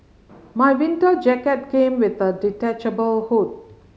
my winter jacket came with a detachable hood